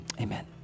amen